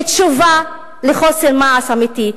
היא תשובה לחוסר מעש אמיתי.